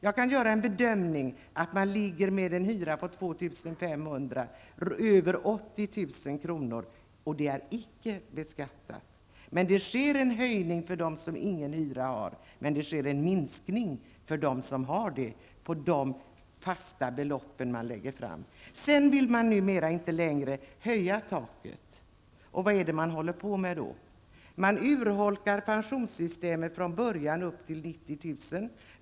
Jag gör bedömningen att i dag får de som har en hyra på 2 500 kr. över 80 000 kr., och det är icke beskattat. Med det fasta belopp som föreslås sker det en höjning för dem som ingen hyra har men en minskning för dem som har en hyra att betala. Numera vill man inte längre höja taket. Och vad är det man håller på med då? Man urholkar pensionssystemet från början upp till 90 000 kr.